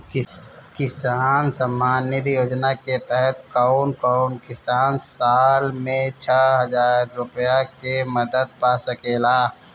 किसान सम्मान निधि योजना के तहत कउन कउन किसान साल में छह हजार रूपया के मदद पा सकेला?